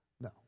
no